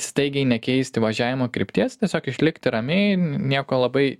staigiai nekeisti važiavimo krypties tiesiog išlikti ramiai nieko labai